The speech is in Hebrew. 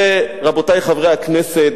רבותי חברי הכנסת,